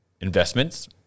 investments